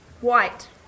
white